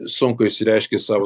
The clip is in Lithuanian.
sunku išsireiškė sau